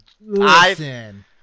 listen